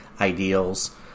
Ideals